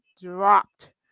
dropped